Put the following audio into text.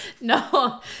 no